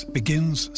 begins